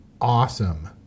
awesome